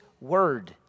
word